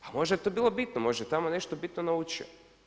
Pa možda je to bilo bitno, možda je tamo nešto bitno naučio.